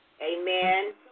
amen